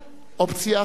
אופציה אחרת.